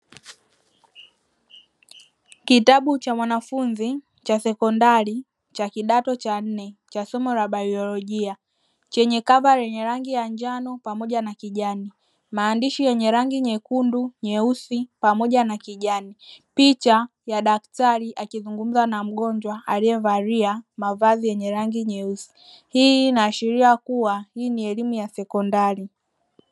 Kitabu cha mwanafunzi cha sekondari cha kidato cha nne cha somo la baiolojia chenye "cover" la rangi ya njano pamoja na kijani chenye maandishi ya rangi nyekundi, nyeusi pamoja na kijani, picha ya daktari aliyevalia mavazi yenye rangi nyeusi, hii inaashiria kuwa hii ni elimu ya sekondari.